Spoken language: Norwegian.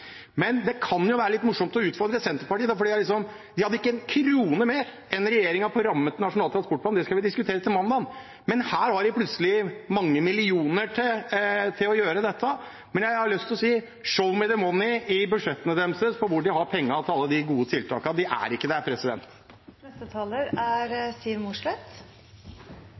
Det kan være litt morsomt å utfordre Senterpartiet. De hadde ikke én krone mer enn regjeringen i rammen for Nasjonal transportplan – det skal vi diskutere til mandag – men her har de plutselig mange millioner til å gjøre dette. Jeg har lyst til å si: «Show me the money» i budsjettene deres. Hvor har de penger til alle de gode tiltakene? De er ikke der. Jeg har lyst til å minne om at det